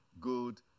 good